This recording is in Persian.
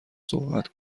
صحبت